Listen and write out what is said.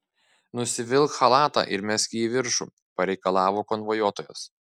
nusivilk chalatą ir mesk į viršų pareikalavo konvojuotojas